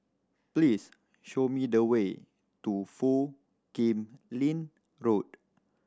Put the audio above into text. please show me the way to Foo Kim Lin Road